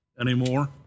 anymore